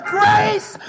grace